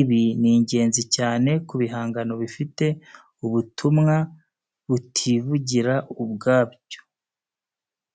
Ibi ni ingenzi cyane ku bihangano bifite ubutumwa butivugira ubwabyo.